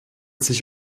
sich